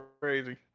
crazy